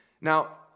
Now